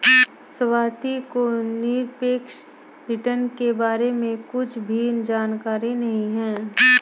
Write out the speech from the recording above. स्वाति को निरपेक्ष रिटर्न के बारे में कुछ भी जानकारी नहीं है